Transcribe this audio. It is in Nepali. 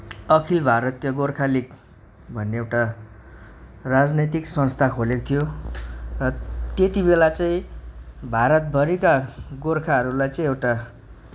अखिल भारतीय गोर्खा लिग भन्ने एउटा राजनैतिक संस्था खोलेको थियो र त्यतिबेला चाहिँ भारतभरीका गोर्खाहरूलाई चाहिँ एउटा